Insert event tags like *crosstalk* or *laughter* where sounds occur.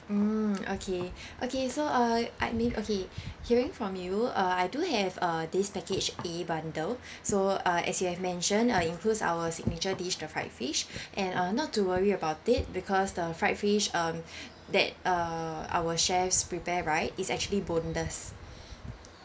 mm *noise* okay *breath* okay so uh I mean okay hearing from you uh I do have uh this package A bundle *breath* so uh as you have mentioned uh includes our signature dish the fried fish *breath* and uh not to worry about it because the fried fish um *breath* that err our chefs prepare right is actually boneless